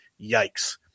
yikes